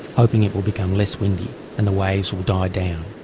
hoping it will become less windy and the waves will die down.